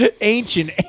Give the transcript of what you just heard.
Ancient